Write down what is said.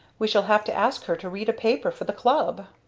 we shall have to ask her to read a paper for the club!